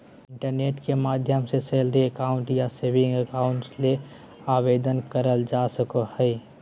internet के मदद से सैलरी अकाउंट या सेविंग अकाउंट ले आवेदन करल जा सको हय